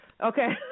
Okay